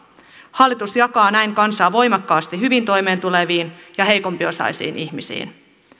hallitus jakaa näin kansaa voimakkaasti hyvin toimeentuleviin ja heikompiosaisiin ihmisiin